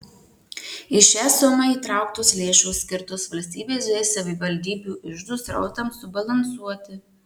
į šią sumą įtrauktos lėšos skirtos valstybės bei savivaldybių iždų srautams subalansuoti